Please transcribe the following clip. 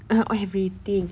eh everything